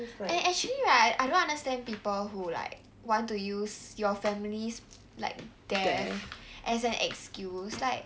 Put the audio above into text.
and actually right I don't understand people who like want to use your families like death as an excuse like